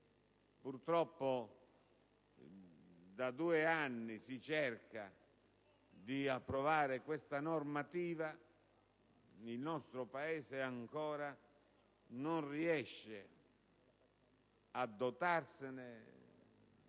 Purtroppo, da due anni si cerca di approvare tale normativa e il nostro Paese ancora non riesce a dotarsene,